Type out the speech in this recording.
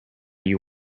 you